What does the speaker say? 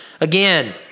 again